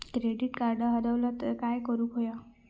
Credit card हरवला तर काय करुक होया?